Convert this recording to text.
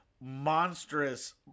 monstrous